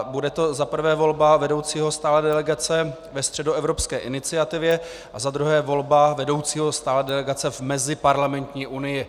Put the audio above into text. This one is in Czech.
Bude to za prvé volba vedoucího stálé delegace ve Středoevropské iniciativě a za druhé volba vedoucího stálé delegace v Meziparlamentní unii.